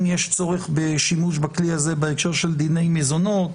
יש צורך בשימוש בכלי הזה בהקשר של דיני מזונות,